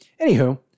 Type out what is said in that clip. anywho